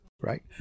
Right